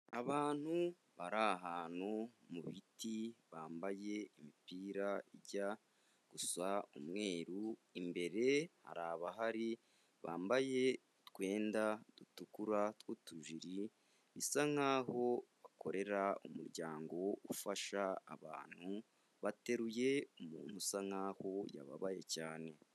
Abari ahantu mu biti bambaye imipira ijya gusa umweru, imbere hari abahari bambaye utwenda dutukura tw'utujiri bisa nkaho bakorera umuryango ufasha abantu, bateruye umuntu usa nk'aho yababaye cyane.